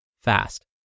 fast